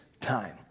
time